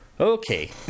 Okay